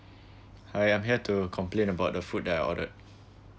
hi I am here to complain about the food that I ordered